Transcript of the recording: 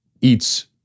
eats